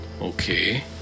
Okay